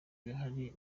bihari